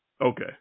Okay